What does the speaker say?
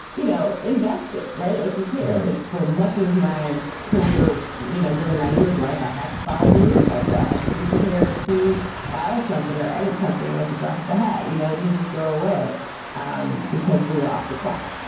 you know, invested right. like you care for much of my career. you know, during name is life i had to follow the news cycle. i had to be prepared to file something or edit something at the drop of a hat. you know, it didn't just go away um because we were off the clock.